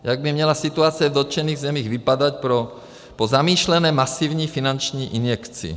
Jak by měla situace v dotčených zemích vypadat po zamýšlené masivní finanční injekci.